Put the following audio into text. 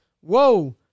Whoa